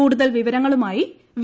കൂടുതൽ വിവരങ്ങളുമായി വി